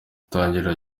itangiriro